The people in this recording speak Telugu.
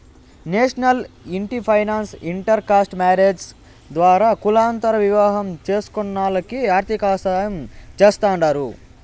నేషనల్ ఇంటి ఫైనాన్స్ ఇంటర్ కాస్ట్ మారేజ్స్ ద్వారా కులాంతర వివాహం చేస్కునోల్లకి ఆర్థికసాయం చేస్తాండారు